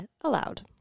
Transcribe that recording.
allowed